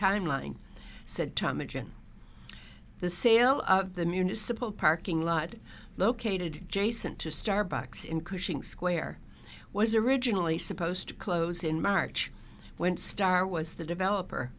and the sale of the municipal parking lot located jason to starbucks in cushing square was originally supposed to close in march when starr was the developer